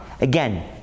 again